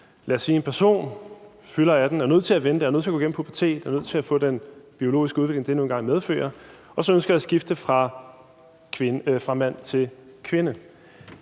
udfordringer i, at en person er fyldt 18 år, og har været nødt til at vente, nødt til at gå gennem en pubertet, nødt til at få den biologiske udvikling, det nu engang medfører, og at man så ønsker at skifte fra mand til kvinde.